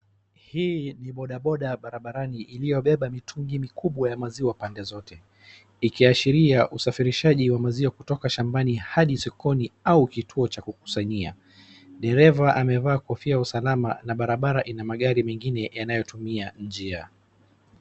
Hii ni bodaboda barabarani iliobeba mitungi mikubwa ya maziwa pande zote, ikiashiria usafirishaji wa maziwa kutoka shambani hadi sokoni au kituo cha kukusanyia. Dereva amevaa kofia ya usalama na barabara ina magari mengine yanayotumia njia.